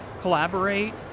collaborate